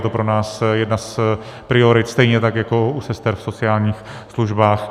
Je to pro nás jedna z priorit, stejně tak jako u sester v sociálních službách.